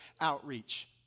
Outreach